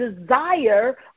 desire